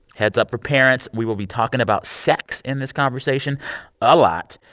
heads up for parents we will be talking about sex in this conversation a lot.